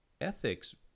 ethics